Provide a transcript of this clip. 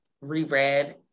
reread